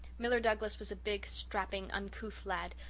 miller douglas was a big, strapping, uncouth lad,